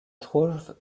trouve